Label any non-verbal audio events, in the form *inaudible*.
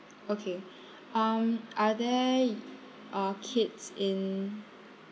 okay *breath* um are there uh kids in